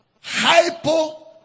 hypo